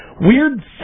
weird